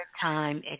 time